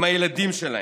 הם הילדים שלהם,